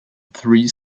three